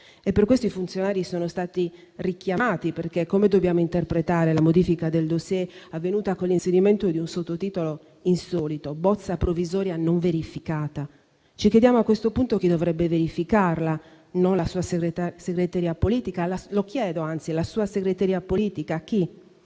Per questo i funzionari sono stati richiamati? Altrimenti, come dobbiamo interpretare la modifica del *dossier* avvenuta con l'inserimento di un sottotitolo insolito: «Bozza provvisoria non verificata»? Ci chiediamo, a questo punto, chi dovrebbe verificarla; non la sua segreteria politica. Anzi, lo chiedo: la sua segreteria politica? Chi?